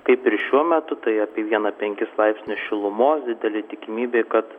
kaip ir šiuo metu tai apie vieną penkis laipsnius šilumos didelė tikimybė kad